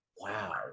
Wow